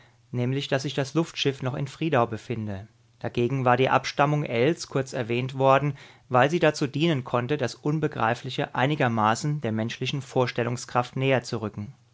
nämlich daß sich das luftschiff noch in friedau befinde dagegen war die abstammung ells kurz erwähnt worden weil sie dazu dienen konnte das unbegreifliche einigermaßen der menschlichen vorstellungskraft näherzurücken ein